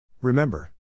Remember